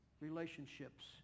relationships